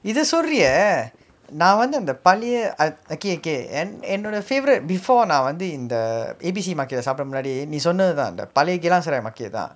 இது சொல்றியே நா வந்து அந்த பழைய:ithu solriyae naa vanthu antha pazahiya okay okay என்னோட:ennoda favourite before நா வந்து இந்த:naa vanthu intha A_B_C market leh சாப்புடுற முன்னாடி நீ சொன்னதுதா பழைய:saapudura munnaadi nee sonnathuthaa pazhaiya geylang serai market தா:thaa